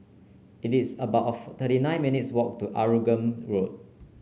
it is about thirty nine minutes' walk to Arumugam Road